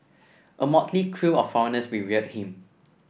a motley crew of foreigners revered him